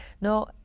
No